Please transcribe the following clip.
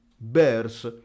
bears